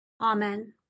Amen